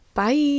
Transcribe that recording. Bye